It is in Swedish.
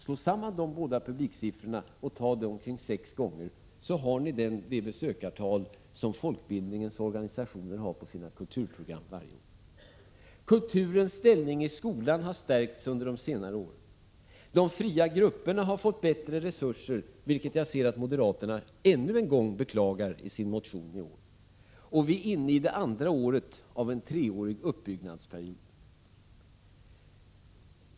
Slå samman de båda publiksiffrorna och ta dem sex gånger så har ni det besöksantal som folkbildningens organisationer har på sina kulturprogram varje år. Kulturens ställning i skolan har stärkts under de senare åren. De fria grupperna har fått bättre resurser, vilket jag ser att moderaterna ännu en gång beklagar i sin motion i år. Vi är inne i det andra året av en treårig uppbyggnadsperiod.